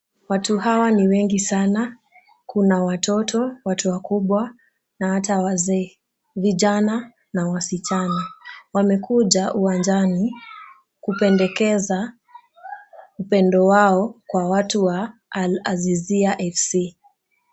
Watu hawa ni wengi sana kuna watoto, watu wakubwa na hata wazee . Viijana na wasichana wamekuja uwanjani kupendekeza upendo wao kwa watu wa Al Azizia Fc .